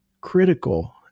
critical